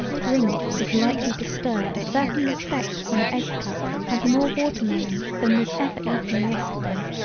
drink is likely to stir a certain respect for an egg cup and more water melon than was ever eaten yesterday.